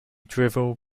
drivel